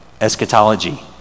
eschatology